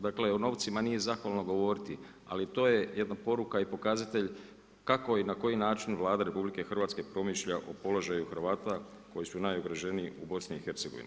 Dakle, o novcima nije zahvalno govoriti, ali to je jedna poruka i pokazatelj kako i na koji način Vlada RH promišlja o položaju Hrvata koji su najugroženiji u BIH.